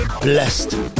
Blessed